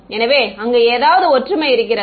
எனவே அங்கு ஏதாவது ஒற்றுமை இருக்கிறதா